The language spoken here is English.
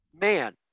man